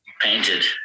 Painted